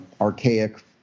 archaic